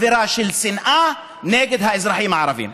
אווירה של שנאה נגד האזרחים הערבים.